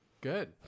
good